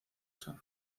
sam